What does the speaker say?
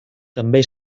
també